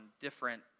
different